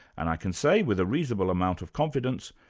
and i can say with a reasonable amount of confidence,